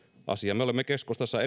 asia me olemme keskustassa